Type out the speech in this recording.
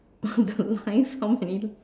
on the lines how many